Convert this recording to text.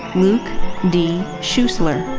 luke d schussler.